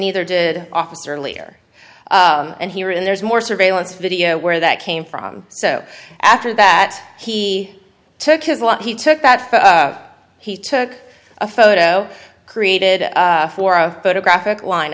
neither did officer earlier and here and there's more surveillance video where that came from so after that he he took his lot he took that he took a photo created for a photographic line